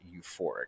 euphoric